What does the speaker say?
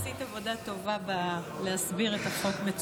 יוליה, את עשית עבודה מצוינת בהסברת החוק.